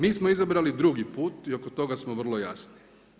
Mi smo izabrali drugi put i oko toga smo vrlo jasni.